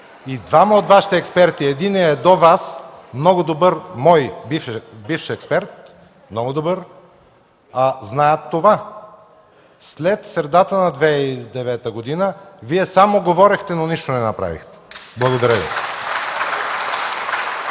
и двама от Вашите експерти – единият е до Вас, много добър мой бивш експерт, много добър, знаят това. След средата на 2009 г. Вие само говорехте, но нищо не направихте. Благодаря Ви.